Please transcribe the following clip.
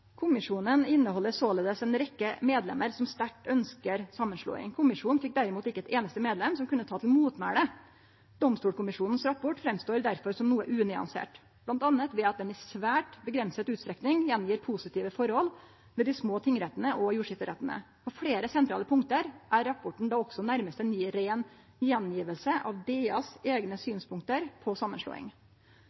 kommisjonen: «Kommisjonen inneholder således en rekke medlemmer som sterkt ønsker sammenslåing. Kommisjonen fikk derimot ikke et eneste medlem som kunne ta til motmæle. Domstolkommisjonens rapport fremstår derfor som noe unyansert. Blant annet ved at den i svært begrenset utstrekning gjengir positive forhold ved de små tingrettene/jordskifterettene. På flere sentrale punkter er rapporten da også nærmest en ren gjengivelse av DAs egne synspunkter på sammenslåing.